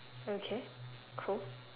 okay cool